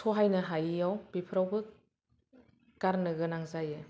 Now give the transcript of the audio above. सहायनो हायिआव बेफोरावबो गारनो गोनां जायो